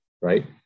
right